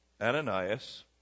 Ananias